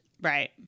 Right